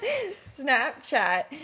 Snapchat